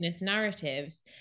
narratives